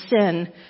sin